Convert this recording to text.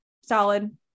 solid